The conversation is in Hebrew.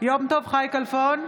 יום טוב חי כלפון,